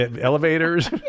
Elevators